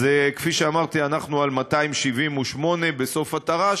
אז כפי שאמרתי אנחנו על 278 בסוף התר"ש,